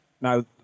now